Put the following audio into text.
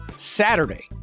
Saturday